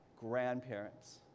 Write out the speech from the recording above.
grandparents